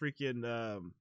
freaking